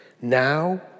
now